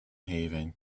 haven